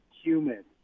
humid